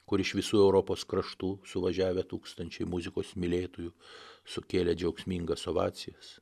kur iš visų europos kraštų suvažiavę tūkstančiai muzikos mylėtojų sukėlė džiaugsmingas ovacijas